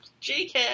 JK